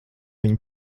viņu